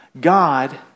God